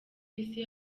isi